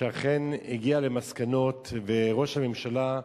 שאכן הגיעה למסקנות, וראש הממשלה,